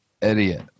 idiot